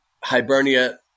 Hibernia